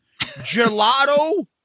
Gelato